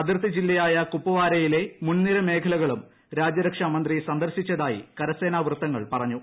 അതിർത്തി ജില്ലയായ കുപ്വാരയിലെ മുൻനിര മേഖലകളും രാജ്യരക്ഷാമന്ത്രി സന്ദർശിച്ചതായി കരസേനാ വൃത്തങ്ങൾ പറഞ്ഞു